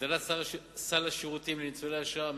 הגדלת סל השירותים לניצולי השואה,